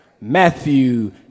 Matthew